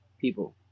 people